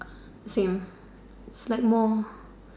same it's like more